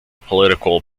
political